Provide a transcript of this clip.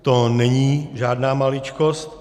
To není žádná maličkost.